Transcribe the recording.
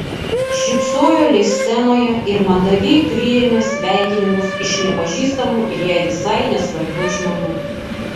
šypsojo lyg scenoje ir mandagiai priėmė sveikinimus iš nepažįstamų ir jai visai nesvarbių žmonių